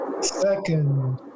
second